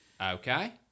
Okay